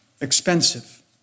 expensive